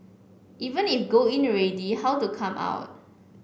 even if go in already how to come out